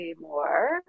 more